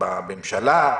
זה בממשלה,